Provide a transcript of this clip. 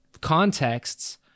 contexts